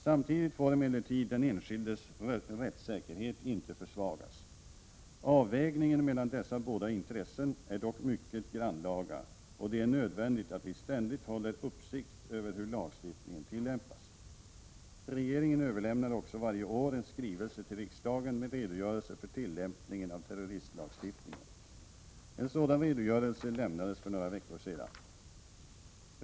Samtidigt får emellertid den enskildes rättssäkerhet inte försvagas. Avvägningen mellan dessa både intressen är dock mycket grannlaga, och det är nödvändigt att vi ständigt håller uppsikt över hur lagstiftningen tillämpas. Regeringen överlämnar också varje år en skrivelse till riksdagen med redogörelse för tillämpningen av terroristlagstiftningen. En sådan redogörelse lämnades för några veckor sedan.